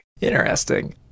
Interesting